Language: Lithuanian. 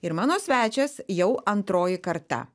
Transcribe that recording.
ir mano svečias jau antroji karta